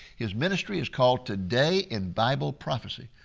his ministry is called today in bible prophecy.